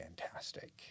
fantastic